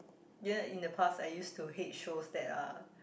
ye in the past I used to hate shows that are